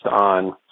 on